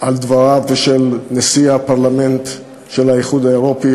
על דברי נשיא הפרלמנט של האיחוד האירופי.